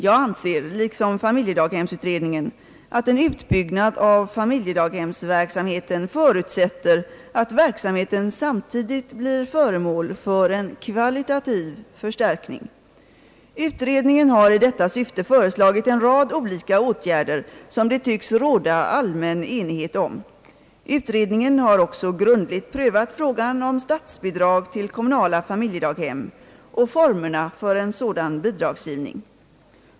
Jag anser liksom familjedaghemsutredningen att en utbyggnad av familjedaghemsverksamheten förutsätter att verksamheten samtidigt blir föremål för en kvalitativ förstärkning. Utredningen har i detta syfte föreslagit en rad olika åtgärder som det tycks råda allmän enighet om. Utredningen har också grundligt prövat frågan om statsbidrag till kommunala familjedaghem och formerna för en sådan bidragsgivning.